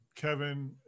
Kevin